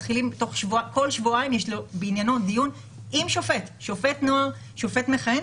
כל שבועיים יש לו בעניינו דיון עם שופט נוער מכהן.